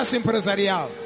empresarial